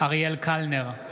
אריאל קלנר,